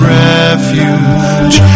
refuge